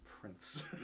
prince